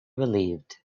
relieved